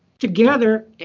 together,